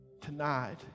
Tonight